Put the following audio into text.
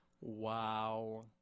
Wow